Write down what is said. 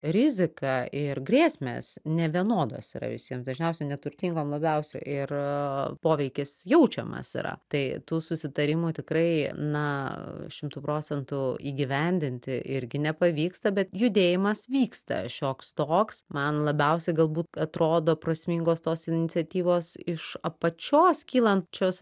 rizika ir grėsmes nevienodos yra visiem dažniausiai neturtingom labiausiai ir poveikis jaučiamas yra tai tų susitarimų tikrai na šimtu procentų įgyvendinti irgi nepavyksta bet judėjimas vyksta šioks toks man labiausiai galbūt atrodo prasmingos tos iniciatyvos iš apačios kylančios